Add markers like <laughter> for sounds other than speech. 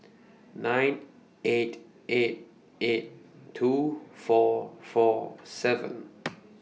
nine eight eight eight two four four seven <noise>